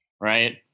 Right